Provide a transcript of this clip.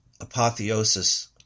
apotheosis